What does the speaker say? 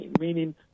meaning